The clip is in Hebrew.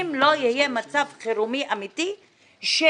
אם לא יהיה מצב חירומי אמיתי שהוועדה